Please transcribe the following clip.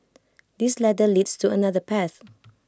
this ladder leads to another path